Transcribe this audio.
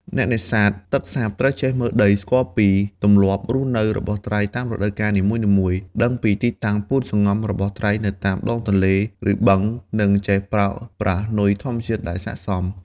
អ្នកនេសាទទឹកសាបត្រូវចេះមើលដី ស្គាល់ពីទម្លាប់រស់នៅរបស់ត្រីតាមរដូវកាលនីមួយៗ ដឹងពីទីតាំងពួនសម្ងំរបស់ត្រីនៅតាមដងទន្លេ ឬបឹង និងចេះប្រើប្រាស់នុយធម្មជាតិដែលស័ក្តិសម។